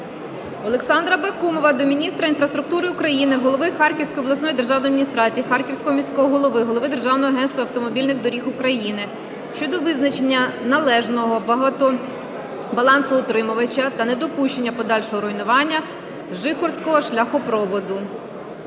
Олександра Бакумова до міністра інфраструктури України, голови Харківської обласної державної адміністрації, Харківського міського голови, голови Державного агентства автомобільних доріг України щодо визначення належного балансоутримувача та недопущення подальшого руйнування Жихорського шляхопроводу.